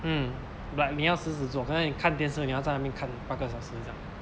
mm but 你要死死做可能你看电视你要在那边看八个小时这样